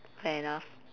fair enough